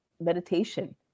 meditation